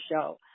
show